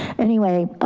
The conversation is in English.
anyway,